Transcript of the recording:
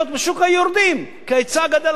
כי ההיצע היה הרבה יותר גדול מהביקוש,